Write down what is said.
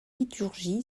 liturgie